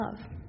love